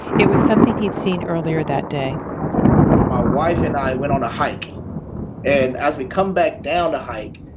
it was something he'd seen earlier that day my wife and i went on a hike and as we come back down the hike,